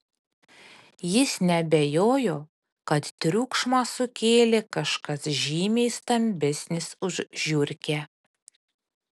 jis neabejojo kad triukšmą sukėlė kažkas žymiai stambesnis už žiurkę